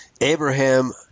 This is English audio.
Abraham